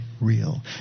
real